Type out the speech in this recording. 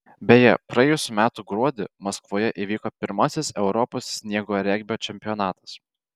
beje praėjusių metų gruodį maskvoje įvyko pirmasis europos sniego regbio čempionatas